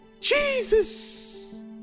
Jesus